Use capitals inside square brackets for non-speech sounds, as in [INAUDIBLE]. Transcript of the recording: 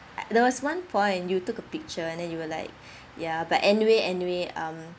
ah there was one point you took a picture and then you were like [BREATH] ya but anyway anyway um